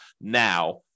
now